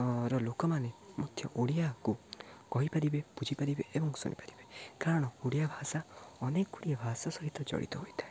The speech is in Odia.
ର ଲୋକମାନେ ମଧ୍ୟ ଓଡ଼ିଆକୁ କହିପାରିବେ ବୁଝିପାରିବେ ଏବଂ ଶୁଣିପାରିବେ କାରଣ ଓଡ଼ିଆ ଭାଷା ଅନେକଗୁଡ଼ିଏ ଭାଷା ସହିତ ଜଡ଼ିତ ହୋଇଥାଏ